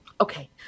Okay